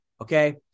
okay